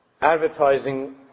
advertising